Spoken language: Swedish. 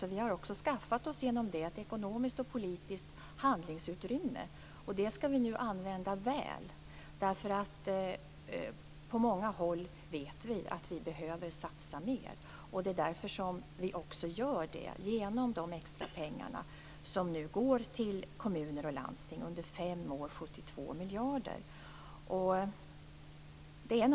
Därigenom har vi skaffat oss ett ekonomiskt och politiskt handlingsutrymme. Det skall vi nu använda väl. På många håll, det vet vi, behöver vi satsa mera. Det gör vi också genom de extrapengar som nu går till kommuner och landsting, 72 miljarder kronor under fem år.